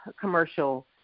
commercial